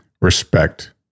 Respect